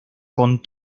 con